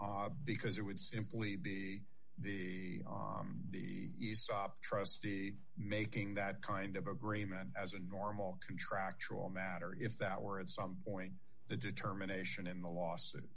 ah because it would simply be the the aesop trustee making that kind of agreement as a normal contractual matter if that were at some point the determination in the la